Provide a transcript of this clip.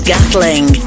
Gatling